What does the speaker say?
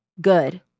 Good